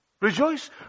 Rejoice